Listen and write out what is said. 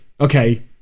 Okay